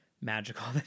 magical